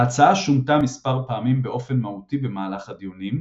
ההצעה שונתה מספר פעמים באופן מהותי במהלך הדיונים,